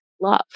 love